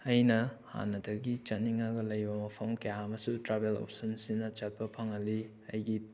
ꯑꯩꯅ ꯍꯥꯟꯅꯗꯒꯤ ꯆꯠꯅꯤꯡꯉꯒ ꯂꯩꯕ ꯃꯐꯝ ꯀꯌꯥ ꯑꯃꯁꯨ ꯇ꯭ꯔꯥꯕꯦꯜ ꯑꯣꯞꯁꯟꯁꯤꯅ ꯆꯠꯄ ꯐꯪꯍꯜꯂꯤ ꯑꯩꯒꯤ